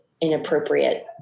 inappropriate